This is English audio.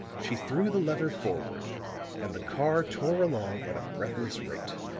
she threw the lever forward and the car tore along at a breathless rate.